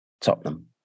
Tottenham